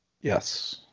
Yes